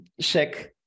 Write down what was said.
check